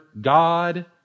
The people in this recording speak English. God